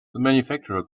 manufacturer